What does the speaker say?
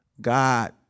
God